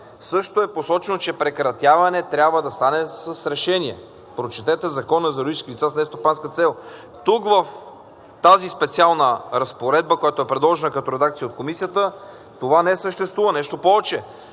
също е посочено, че прекратяването трябва да стане с решение. Прочетете Закона за юридическите лица с нестопанска цел! Тук, в тази специална разпоредба, която е предложена като редакция от Комисията, това не съществува. Нещо повече,